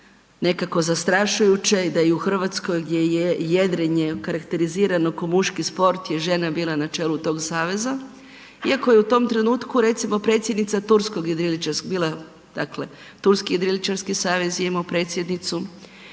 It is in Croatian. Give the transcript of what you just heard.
nekako zastrašujuće i da je i u RH gdje je jedrenje okarakterizirano kao muški sport je žena bila na čelu tog saveza, iako je u tom trenutku recimo predsjednica turskog jedriličarskog bila, dakle turski jedriličarski savez je imao predsjednicu,